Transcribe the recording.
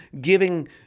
giving